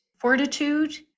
fortitude